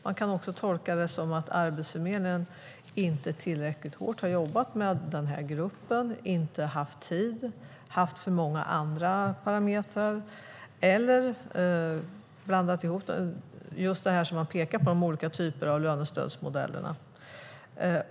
Man kan också tolka det som att Arbetsförmedlingen inte tillräckligt hårt har jobbat med den här gruppen, inte haft tid, haft för många andra parametrar eller, just som man pekar på, har blandat ihop olika typer av lönestödsmodeller.